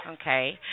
okay